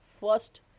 First